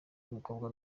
umukobwa